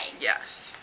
Yes